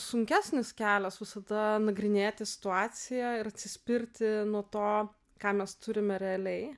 sunkesnis kelias visada nagrinėti situaciją ir atsispirti nuo to ką mes turime realiai